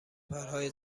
پرهای